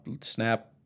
snap